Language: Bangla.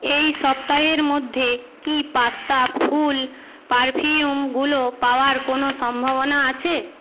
এই সপ্তাহের মধ্যে কি পাস্তা ফুল পারফিউমগুলো পাওয়ার কোনও সম্ভাবনা আছে